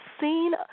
seen